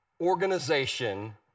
organization